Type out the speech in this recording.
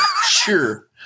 Sure